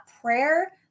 prayer